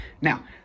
Now